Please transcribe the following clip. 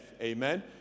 Amen